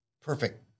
perfect